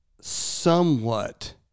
somewhat